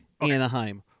Anaheim